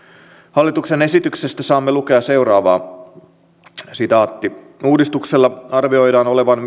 hallituksen esityksestä saamme lukea seuraavaa uudistuksella arvioidaan olevan